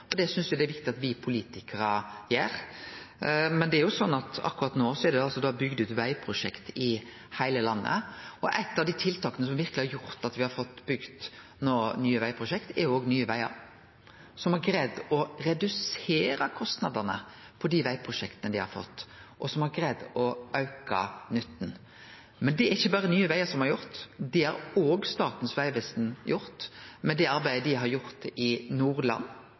og det synest eg det er viktig at me politikarar gjer. Det er sånn at akkurat no er det bygd ut vegprosjekt i heile landet. Eit av dei tiltaka som verkeleg har gjort at me no har fått bygd nye vegprosjekt, er Nye Vegar, som har greidd å redusere kostnadene på dei vegprosjekta dei har fått, og som har greidd å auke nytta. Men det er det ikkje berre Nye Vegar som har gjort. Det har òg Statens vegvesen gjort med sitt arbeid i Nordland. Der synest eg dei går føre. Med det arbeidet dei har gjort